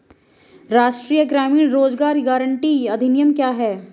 राष्ट्रीय ग्रामीण रोज़गार गारंटी अधिनियम क्या है?